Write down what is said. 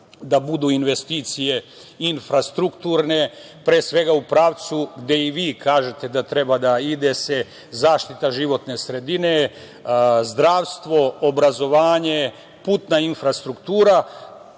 da budu investicije infrastrukturne, pre svega, u pravcu gde i vi kažete da treba da se ide, zaštita životne sredine, zdravstvo, obrazovanje, putna infrastruktura.